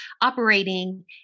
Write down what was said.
operating